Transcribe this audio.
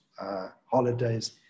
holidays